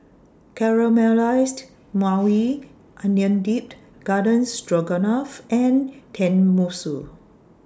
Caramelized Maui Onion Dipped Garden Stroganoff and Tenmusu